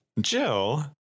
Jill